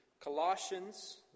Colossians